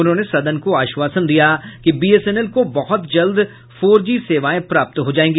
उन्होंने सदन को आश्वासन दिया कि बीएसएनएल को बहुत जल्द फोर जी सेवायें प्राप्त हो जायेंगी